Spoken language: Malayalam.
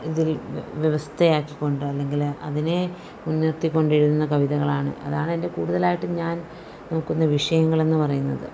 ഇതിൽ വ്യവസ്ഥയാക്കിക്കൊണ്ട് അല്ലെങ്കിൽ അതിനെ മുൻനിർത്തിക്കൊണ്ടിരുന്ന കവിതകളാണ് അതാണ് എൻ്റെ കൂടുതലായിട്ടും ഞാൻ നോക്കുന്ന വിഷയങ്ങളെന്ന് പറയുന്നത്